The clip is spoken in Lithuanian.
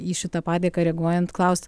į šitą padėką reaguojant klaust